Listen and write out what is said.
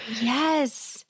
Yes